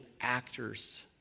actors